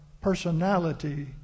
personality